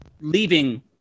leaving